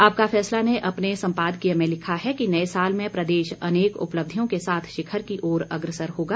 आपका फैसला ने अपने सम्पादकीय में लिखा है कि नए साल में प्रदेश अनेक उपलब्धियों के साथ शिखर की ओर अग्रसर होगा